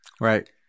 right